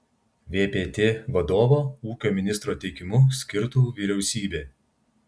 vpt vadovą ūkio ministro teikimu skirtų vyriausybė